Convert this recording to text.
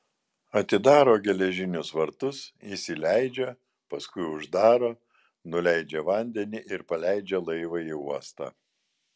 atidaro geležinius vartus įsileidžia paskui uždaro nuleidžia vandenį ir paleidžia laivą į uostą